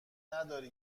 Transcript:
نداری